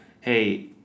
hey